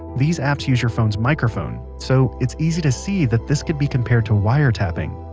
these apps use your phone's microphone so it's easy to see that this could be compared to wiretapping.